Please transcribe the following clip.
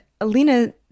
Alina